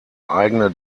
eigene